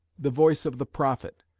the voice of the prophet.